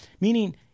meaning